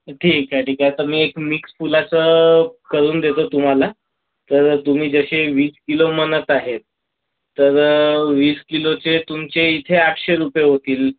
ठीक आहे ठीक आहे तर मी एक मिक्स फुलाचं करून देतो तुम्हाला तर तुम्ही जसे वीस किलो म्हणत आहेत तर वीस किलोचे तुमचे इथे आठशे रुपे होतील